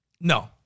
No